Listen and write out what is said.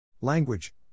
Language